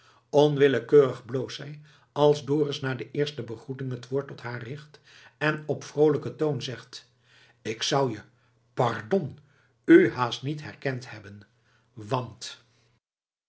onwillekeurig bloost zij als dorus na de eerste begroeting het woord tot haar richt en op vroolijken toon zegt k zou je pardon u haast niet herkend hebben want